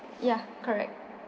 ya correct